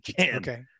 Okay